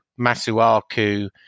Masuaku